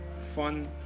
fun